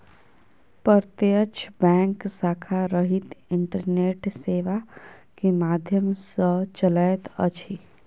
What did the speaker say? प्रत्यक्ष बैंक शाखा रहित इंटरनेट सेवा के माध्यम सॅ चलैत अछि